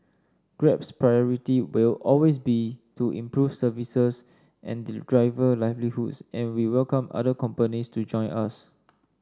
grab's priority will always be to improve services and driver livelihoods and we welcome other companies to join us